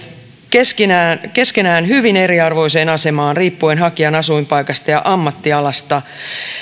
keskenään keskenään hyvin eriarvoiseen asemaan riippuen hakijan asuinpaikasta ja ammattialasta